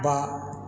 बा